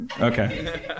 Okay